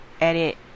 edit